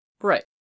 Right